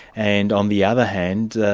and on the other hand,